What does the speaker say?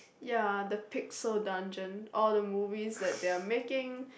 ya the Pixar dungeon all the movies that they are making